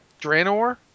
Draenor